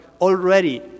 Already